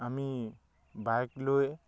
আমি বাইক লৈ